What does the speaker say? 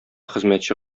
хезмәтче